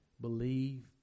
believe